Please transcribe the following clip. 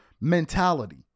mentality